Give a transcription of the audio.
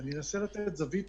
אני אנסה לתת זווית